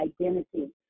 identity